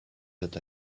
that